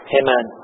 amen